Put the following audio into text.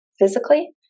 physically